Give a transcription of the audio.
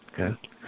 Okay